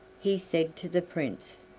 he said to the prince.